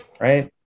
Right